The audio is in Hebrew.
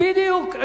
בדיוק.